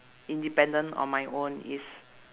independent on my own is